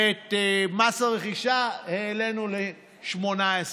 ואת מס הרכישה העלינו ל-18,